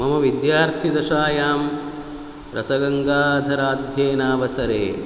मम विद्यार्थिदशायां रसगङ्गाधराध्ययनावसरे